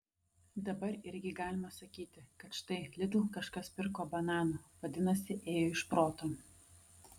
dabar irgi galima sakyti kad štai lidl kažkas pirko bananų vadinasi ėjo iš proto